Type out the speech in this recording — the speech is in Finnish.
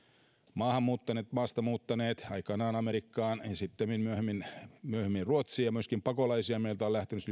maahanmuuttaneet maastamuuttaneet aikanaan amerikkaan ja sittemmin myöhemmin myöhemmin ruotsiin ja myöskin pakolaisia meiltä on lähtenyt